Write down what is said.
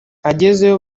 agezeyo